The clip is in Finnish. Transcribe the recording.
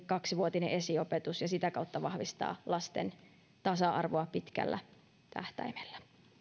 kaksivuotinen esiopetus ja sitä kautta vahvistaa lasten tasa arvoa pitkällä tähtäimellä